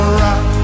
rock